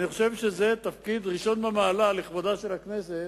אני חושב שזה תפקיד ראשון במעלה, ולכבודה של הכנסת